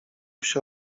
się